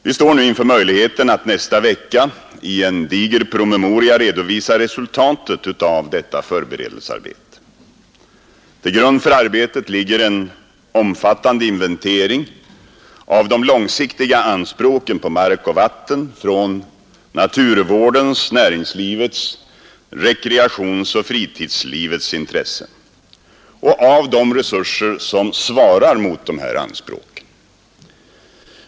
Vi står nu inför möjligheten att nästa vecka i en diger promemoria redovisa resutatet av detta förberedelsearbete. Till grund för arbetet ligger en omfattande inventering av de långsiktiga anspråken på mark och vatten från naturvårdens, näringslivets, rekreationsoch fritidslivets intressen och av de resurser som svarar mot de här anspråken.